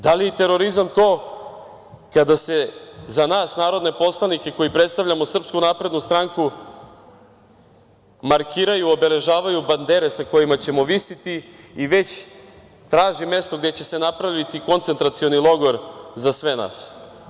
Da li je terorizam to kada se za nas narodne poslanike, koji predstavljamo SNS, markiraju, obeležavaju bandere sa kojih ćemo visiti i već traži mesto gde će se napraviti koncentracioni logor za sve nas?